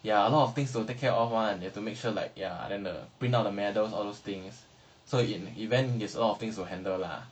ya a lot of things to take care of [one] you have to make sure like ya then the print out the medals all those things so event is a lot of things to handle lah